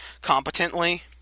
competently